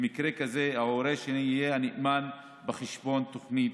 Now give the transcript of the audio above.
במקרה כזה, ההורה השני יהיה הנאמן בחשבון תוכנית